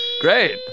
Great